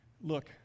Look